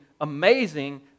amazing